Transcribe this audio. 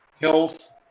Health